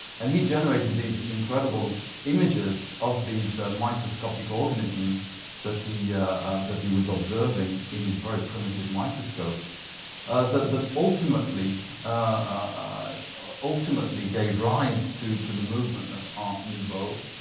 and he generated these incredible images of these microscopic organisms that he that he was observing in his very primitive microscope um that that ultimately ah ah ultimately gave rise to to the movement of art nouveau,